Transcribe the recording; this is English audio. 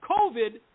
COVID